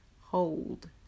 hold